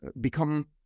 become